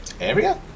area